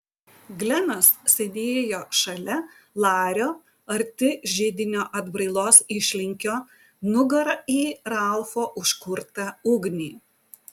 glenas sėdėjo šalia lario arti židinio atbrailos išlinkio nugara į ralfo užkurtą ugnį